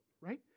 right